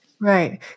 Right